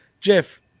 jeff